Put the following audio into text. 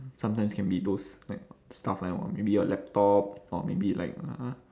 sometimes can be those like stuff like or maybe your laptop or maybe like uh